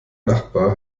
nachbar